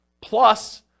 plus